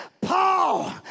Paul